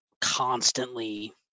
constantly